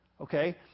okay